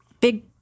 big